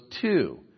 two